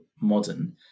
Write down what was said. modern